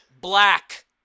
black